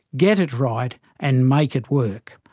get it right and make it work.